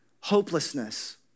hopelessness